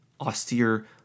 austere